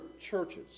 churches